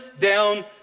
down